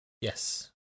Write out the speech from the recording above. Yes